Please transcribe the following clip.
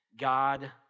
God